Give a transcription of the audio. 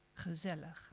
Gezellig